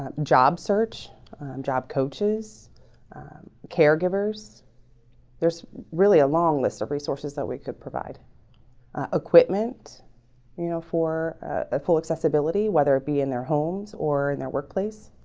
um job search job coaches caregivers there's really a long list of resources that we could provide equipment you know for full accessibility whether it be in their homes or in their workplace